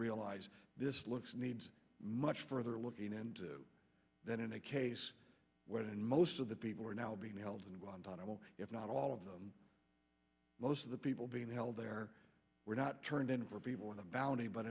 realize this looks needs much further looking in to that in a case where in most of the people are now being held in guantanamo if not all of them most of the people being held there were not turned in for people on the